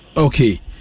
Okay